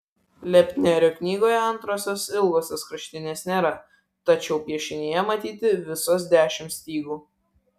lepnerio knygoje antrosios ilgosios kraštinės nėra tačiau piešinyje matyti visos dešimt stygų